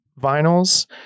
vinyls